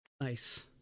Nice